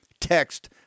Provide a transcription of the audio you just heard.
Text